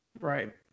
Right